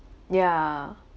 yeah